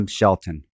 Shelton